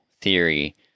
theory